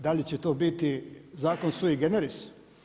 Da li će to biti zakon su i generis?